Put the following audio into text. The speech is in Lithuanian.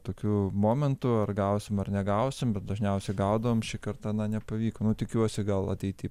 tokiu momentu ar gausim ar negausim bet dažniausiai gaudavom šį kartą na nepavyko nu tikiuosi gal ateity